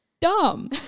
Dumb